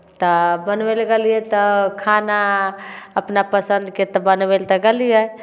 तऽ बनबै लए गेलियै तऽ खाना अपना पसन्दके तऽ बनबै लए तऽ गेलियै